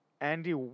Andy